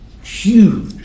Huge